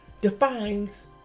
defines